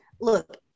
look